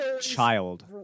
child